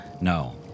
No